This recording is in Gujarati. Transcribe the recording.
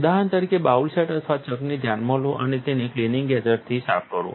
ઉદાહરણ તરીકે બાઉલ સેટ અથવા ચકને ધ્યાનમાં લો અને તેને ક્લીનિંગ એજન્ટથી સાફ કરો